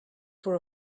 for